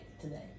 Today